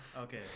Okay